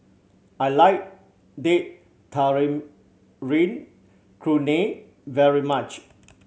I like Date Tamarind Chutney very much